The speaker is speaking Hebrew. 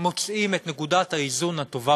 מוצאים את נקודת האיזון הטובה